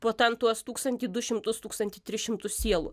po ten tuos tūkstantį du šimtus tūkstantį tris šimtus sielų